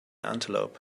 antelope